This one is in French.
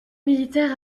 militaires